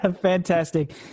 fantastic